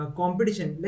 competition